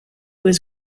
was